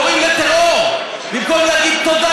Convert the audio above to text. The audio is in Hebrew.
קוראים לטרור במקום להגיד תודה,